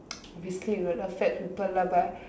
obviously it will affect people lah but